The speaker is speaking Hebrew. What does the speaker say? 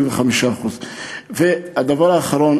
25%. והדבר האחרון,